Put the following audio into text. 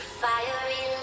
fiery